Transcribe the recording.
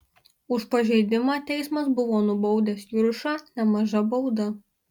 už pažeidimą teismas buvo nubaudęs juršą nemaža bauda